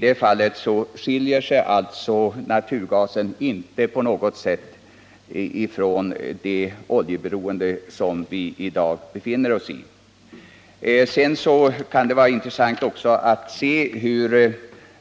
Naturgasberoendet skiljer sig inte på något sätt från det oljeberoende som vi i dag befinner oss i. Det kan vara intressant att studera hur